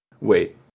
Wait